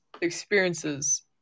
experiences